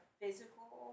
physical